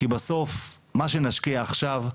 כי בסוף, מה שנשקיע עכשיו,